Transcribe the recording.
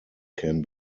can